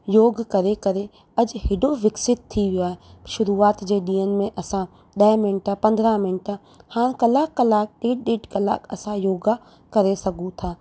योग करे करे अॼु हेॾो विकसित थी वियो आहे शरूआति जे ॾींहनि में असां ॾह मिंट पंद्रहं मिंट हाणे कलाकु कलाकु ॾेढ ॾेढ कलाकु असां योगा करे सघूं था